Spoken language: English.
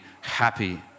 happy